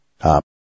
Up